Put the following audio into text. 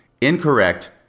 incorrect